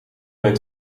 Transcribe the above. mijn